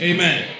Amen